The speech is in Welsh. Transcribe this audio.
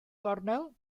gornel